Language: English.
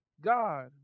God